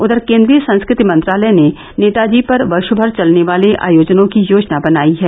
उधर केन्द्रीय संस्कृति मंत्रालय ने नेताजी पर वर्ष भर चलने वाले आयोजनों की योजना बनायी है